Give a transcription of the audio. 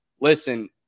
Listen